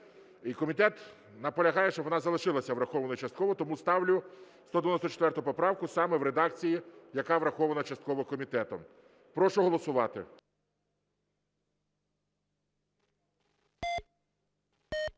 комітет наполягає, щоб вона залишились врахованою частково. Тому ставлю 194 поправку саме в редакції, яка врахована частково комітетом. Прошу голосувати.